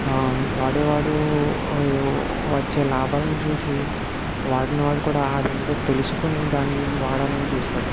వాడే వాడు వచ్చే లాభాలను చూసి వాడ్ని వాడు కూడా అదేంటో తెలుసుకొని దాన్ని వాడాలని చూస్తాడు